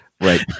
Right